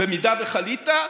אם חלית.